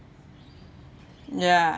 ya